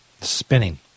spinning